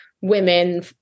women